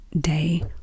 day